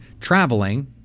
traveling